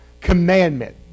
commandment